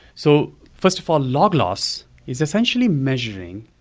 so first of all, log loss is essentially measuring,